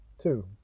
two